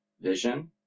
vision